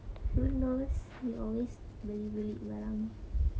who knows you always beli-beli barang